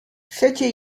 przecie